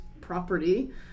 property